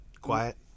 Quiet